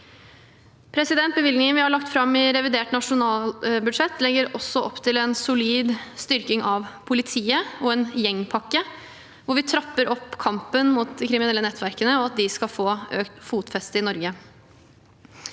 nødvendig. Bevilgningen vi har lagt fram i revidert nasjonalbudsjett legger også opp til en solid styrking av politiet – og en gjengpakke – der vi trapper opp kampen mot at de kriminelle nettverkene skal få økt fotfeste i Norge.